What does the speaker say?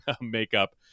makeup